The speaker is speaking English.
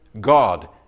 God